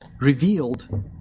revealed